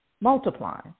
multiply